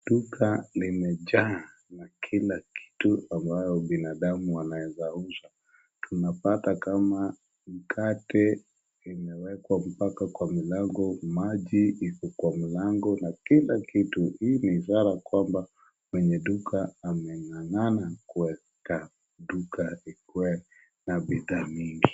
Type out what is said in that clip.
Duka limejaa na kila kitu ambayo binadamu anaweza uza, unapata kama mkate imewekwa mpaka kwa mlango, maji iko kwa mlango na kila kitu. Hii ni ishara kwamba mwenye duka ameng'ang'ana kuweka duka ikuwe na vitu mingi.